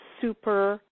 super